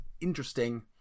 interesting